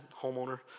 homeowner